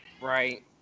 Right